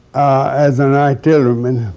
as an artillery man,